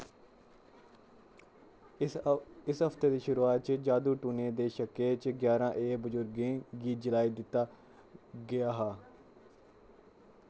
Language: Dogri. इस हफ्ते दी शुरुआत च जादू टूने दे शक्कै च ग्यारां बजुर्गें गी जलाई दित्ता गेआ हा